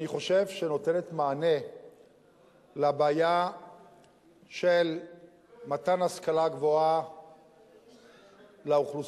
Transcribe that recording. אני חושב שהיא נותנת מענה לבעיה של מתן השכלה גבוהה לאוכלוסייה,